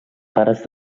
pares